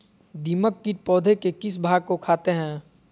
दीमक किट पौधे के किस भाग को खाते हैं?